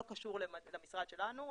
זה לא קשור למשרד שלנו,